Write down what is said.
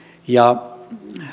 ja